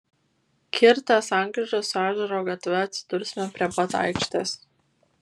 kirtę sankryžą su ežero gatve atsidursime prie pat aikštės